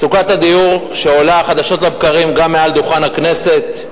מצוקת הדיור שעולה חדשות לבקרים גם מעל דוכן הכנסת,